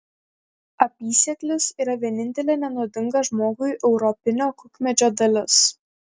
apysėklis yra vienintelė nenuodinga žmogui europinio kukmedžio dalis